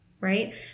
right